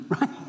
Right